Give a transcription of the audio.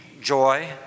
joy